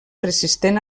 resistent